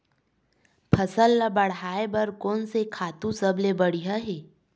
फसल ला बढ़ाए बर कोन से खातु सबले बढ़िया हे?